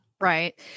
Right